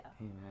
Amen